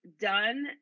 done